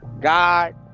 God